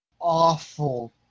awful